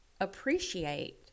appreciate